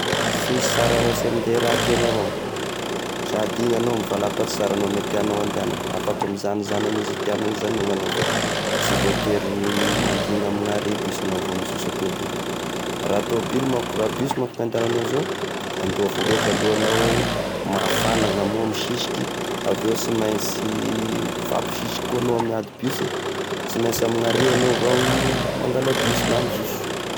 Qisy sara afasy andeha rahategna avao, sady igny agnao mivalapatry sara amy tiagnao andehagna, afaka mizano zagny ianao zay tiagnao izagnona anao fa sy voatery mandigny amy arret bus agnao vo mizoso a tôbilo, raha tôbilo manko raha bus manko ny andehagnanao zao mandoa vola eka aloha agnao, mafagna agnao amigny ao misisiky, avy eo sy mainsy mifampisisiky koa agnao miady bus, sy mainsy amin'ny arret anao vao mangala bus na mizoso.